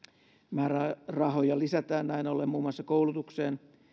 määrärahoja lisätään näin ollen muun muassa koulutukseen